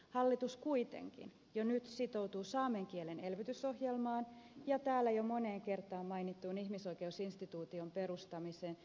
hallitus kuitenkin jo nyt sitoutuu saamen kielen elvytysohjelmaan ja täällä jo moneen kertaan mainittuun ihmisoikeusinstituution perustamiseen